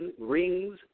rings